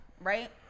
right